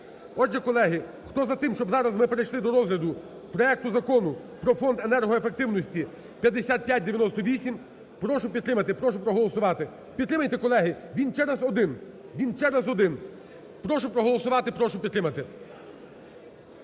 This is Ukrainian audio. Отже, колеги, хто за те, щоб зараз ми перейшли до розгляду проекту Закону про Фонд енергоефективності (5598), прошу підтримати, прошу проголосувати. Підтримайте, колеги, він через один, він через один. Прошу проголосувати і прошу підтримати.